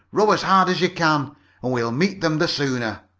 row as hard as you can and we'll meet them the sooner!